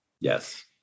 Yes